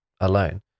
alone